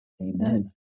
Amen